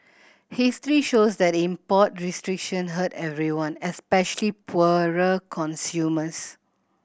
history shows that import restriction hurt everyone especially poorer consumers